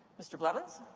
mr. blevins?